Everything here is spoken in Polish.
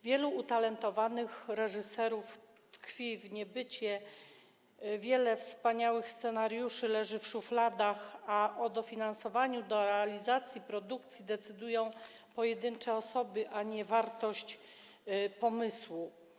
Wielu utalentowanych reżyserów tkwi w niebycie, wiele wspaniałych scenariuszy leży w szufladach, a o dofinansowaniu realizacji produkcji decydują pojedyncze osoby, a nie wartość pomysłu.